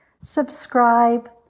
subscribe